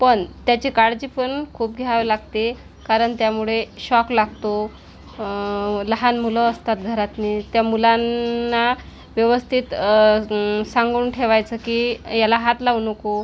पण त्याची काळजी पण खूप घ्यावी लागते कारण त्यामुळे शॉक लागतो लहान मुलं असतात घरातनी त्या मुलांना व्यवस्थित सांगून ठेवायचं की याला हात लावू नको